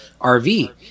rv